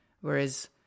whereas